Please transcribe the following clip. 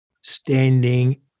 standing